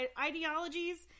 Ideologies